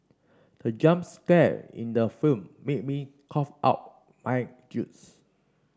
the jump scare in the film made me cough out my juice